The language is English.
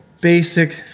basic